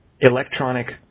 Electronic